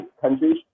countries